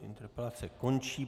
Interpelace končí.